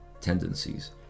tendencies